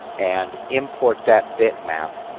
and import that bitmap,